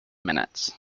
minutes